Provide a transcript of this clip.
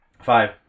Five